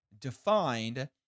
defined